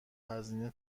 هزینه